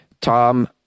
Tom